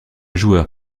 joueur